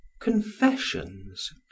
Confessions